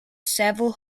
several